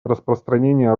распространение